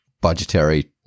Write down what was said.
budgetary